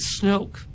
Snoke